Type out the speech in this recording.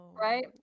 Right